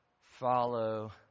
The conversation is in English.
follow